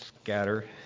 scatter